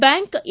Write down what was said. bank A